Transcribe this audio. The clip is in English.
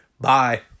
bye